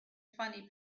funny